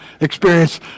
experience